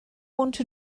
want